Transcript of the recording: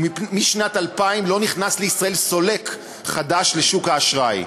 ומשנת 2000 לא נכנס לישראל סולק חדש לשוק האשראי.